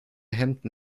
hemden